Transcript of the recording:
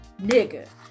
Nigga